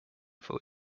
for